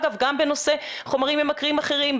אגב גם בנושא חומרים ממכרים אחרים,